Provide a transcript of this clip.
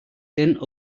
sent